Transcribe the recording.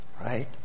right